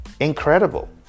incredible